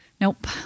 Nope